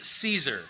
Caesar